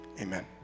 Amen